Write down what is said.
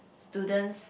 students